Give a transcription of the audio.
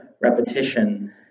repetition